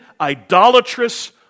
idolatrous